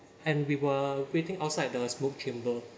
and we were waiting outside the smoke chamber